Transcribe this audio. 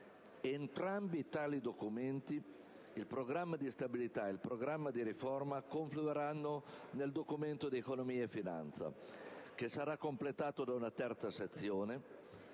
Entrambi tali documenti, il Programma di stabilità e il Programma di riforma, confluiranno nel Documento di economia e finanza, che sarà completato da una terza sezione